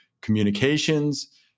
communications